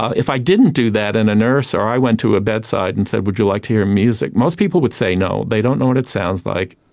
if i didn't do that and a nurse or i went to a bedside and said, would you like to hear music? most people would say no, they don't know what it sounds like,